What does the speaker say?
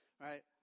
right